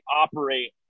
operate